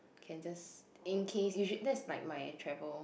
can just in case you should that's like my travel